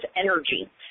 energy